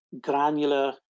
granular